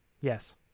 Yes